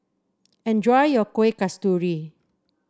enjoy your Kueh Kasturi